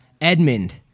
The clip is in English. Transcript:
Edmund